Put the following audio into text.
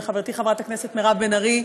לחברתי חברת הכנסת מירב בן ארי,